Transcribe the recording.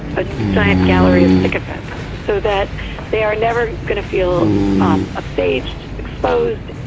a giant gallery of sycophants so that they are never going to feel um upstaged, exposed,